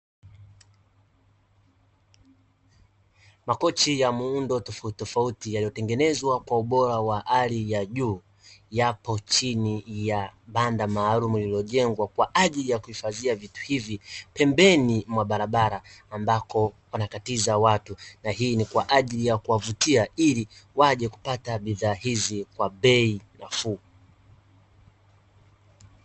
Makochi ya muundo tofautitofauti yaliyotengenezwa kwa ubora wa hali ya juu, yapo chini ya banda maalumu lililojengwa kwa ajili ya kuhifadhia vitu hivi, pembeni mwa barabara ambapo wanakatiza watu, na hii ni kwa ajili ya kuwavutia ili waje kupata bidhaa hizi kwa bei nafuu.